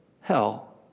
hell